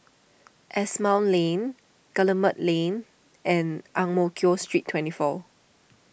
Asimont Lane Guillemard Lane and Ang Mo Kio Street twenty four